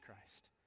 Christ